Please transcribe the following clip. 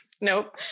Nope